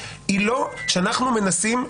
כשאנחנו מנסים,